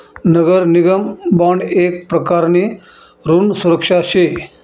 नगर निगम बॉन्ड येक प्रकारनी ऋण सुरक्षा शे